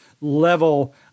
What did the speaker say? level